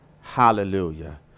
Hallelujah